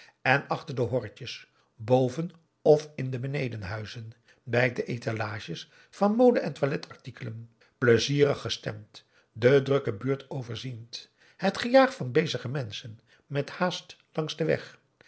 en achter de horretjes boven of in de benedenhuizen bij de étalages van mode en toiletartikelen pleizierig gestemd de drukke buurt overziend het gejaag van bezige menschen met haast langs den weg